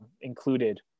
included